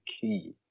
key